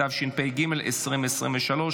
התשפ"ג 2023,